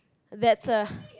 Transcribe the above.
that's a